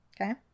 Okay